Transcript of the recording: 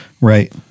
Right